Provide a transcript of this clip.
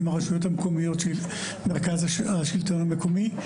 עם הרשויות המקומיות מרכז השלטון המקומי,